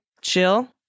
chill